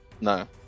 No